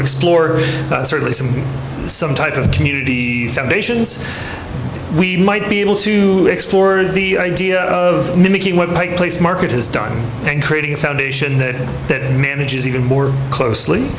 explore certainly some some type of community foundations we might be able to explore the idea of mimicking what pike place market has done and creating a foundation that manages even more closely